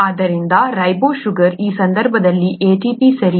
ಆದ್ದರಿಂದ ribose sugar ಈ ಸಂದರ್ಭದಲ್ಲಿ ATP ಸರಿ